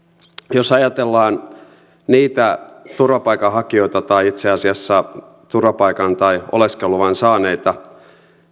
jos ajatellaan niitä turvapaikanhakijoita tai itse asiassa turvapaikan tai oleskeluluvan saaneita